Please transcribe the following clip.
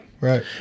Right